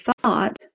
thought